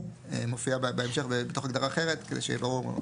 שמופיעה בהמשך בתוך הגדרה אחרת כדי שיהיה ברור.